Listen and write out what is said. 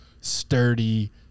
sturdy